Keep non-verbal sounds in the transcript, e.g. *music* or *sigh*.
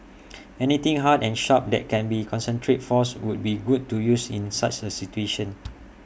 *noise* anything hard and sharp that can concentrate force would be good to use in such A situation